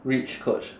rich coach